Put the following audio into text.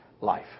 life